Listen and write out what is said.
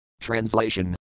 Translation